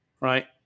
Right